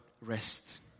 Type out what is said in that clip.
Rest